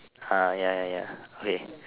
uh ya ya ya okay